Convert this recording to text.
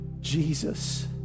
Jesus